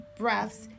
breaths